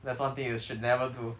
that's one thing you should never do